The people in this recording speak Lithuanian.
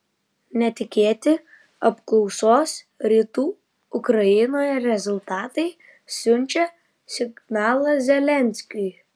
netikėti apklausos rytų ukrainoje rezultatai siunčia signalą zelenskiui